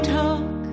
talk